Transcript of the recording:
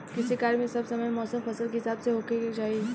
कृषि कार्य मे सब समय मौसम फसल के हिसाब से होखे के चाही